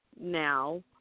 now